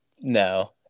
No